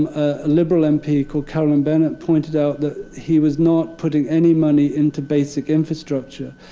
a liberal mp called karen bennett pointed out that he was not putting any money into basic infrastructure.